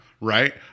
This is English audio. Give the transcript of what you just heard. right